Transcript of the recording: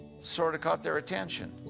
sort of caught their attention.